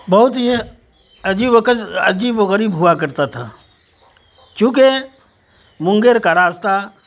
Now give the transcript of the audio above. بہت ہی عجیب و عجیب و غریب ہوا کرتا تھا چونکہ مونگیر کا راستہ